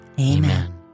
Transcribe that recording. Amen